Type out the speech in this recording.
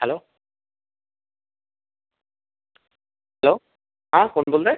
hello hello हा कोण बोलतं आहे